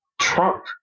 Trump